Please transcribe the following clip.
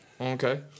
Okay